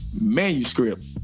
manuscript